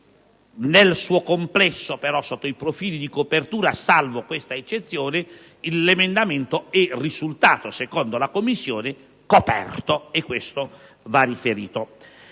Nel suo complesso, sotto i profili di copertura, salvo questa eccezione, l'emendamento è risultato, secondo la Commissione, coperto e di questo si